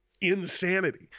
insanity